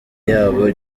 yabo